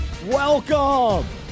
Welcome